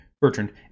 Bertrand